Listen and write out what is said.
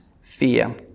fear